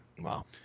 Wow